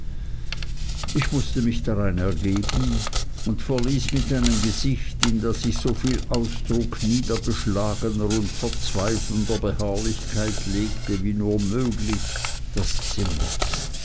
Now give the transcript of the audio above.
ich mußte mich darein ergeben und verließ mit einem gesicht in das ich soviel ausdruck niedergeschlagener und verzweifelnder beharrlichkeit legte wie nur möglich das zimmer